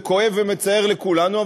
זה כואב ומצער את כולנו,